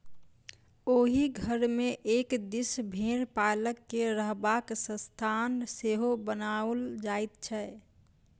ओहि घर मे एक दिस भेंड़ पालक के रहबाक स्थान सेहो बनाओल जाइत छै